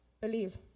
believe